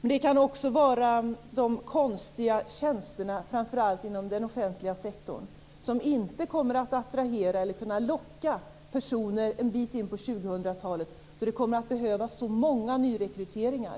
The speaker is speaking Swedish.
Men det kan också handla om de konstiga tjänsterna framför allt inom den offentliga sektorn, som inte kommer att attrahera eller kunna locka personer en bit in på 2000-talet, då det kommer att behövas så många nyrekryteringar.